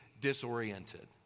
disoriented